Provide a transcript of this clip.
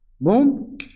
Boom